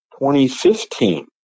2015